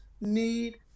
need